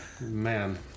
Man